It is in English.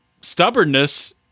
stubbornness